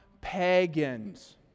pagans